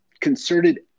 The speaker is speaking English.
concerted